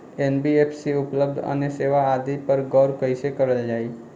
NBFC में उपलब्ध अन्य सेवा आदि पर गौर कइसे करल जाइ?